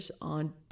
on